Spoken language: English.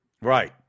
Right